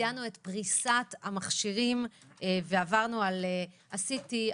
ציינו את פריסת המכשירים ועברנו על CT,